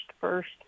first